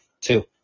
Two